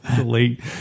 late